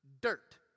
Dirt